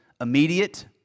immediate